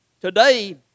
today